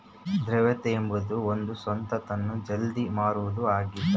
ದ್ರವ್ಯತೆ ಎಂಬುದು ಒಂದು ಸ್ವತ್ತನ್ನು ಜಲ್ದಿ ಮಾರುವುದು ಆಗಿದ